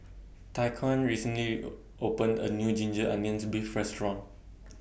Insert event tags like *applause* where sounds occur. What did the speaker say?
Tyquan recently *hesitation* opened A New Ginger Onions Beef Restaurant